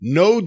no